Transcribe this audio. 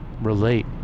relate